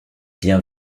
bien